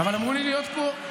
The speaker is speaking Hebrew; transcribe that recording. אבל אמרו לי להיות פה.